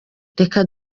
reka